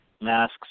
masks